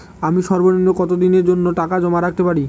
আমি সর্বনিম্ন কতদিনের জন্য টাকা জমা রাখতে পারি?